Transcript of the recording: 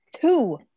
Two